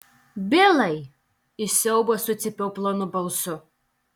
bilai iš siaubo sucypiau plonu balsu